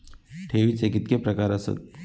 ठेवीचे कितके प्रकार आसत?